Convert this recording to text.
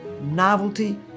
novelty